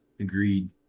Agreed